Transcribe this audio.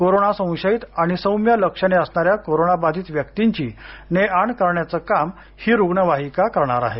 corona संशयित आणि सौम्य लक्षणे असणाऱ्या कोरोनाबाधित व्यक्तींची ने आण करण्याचं काम ही रुग्णवाहिका करणार आहे